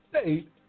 state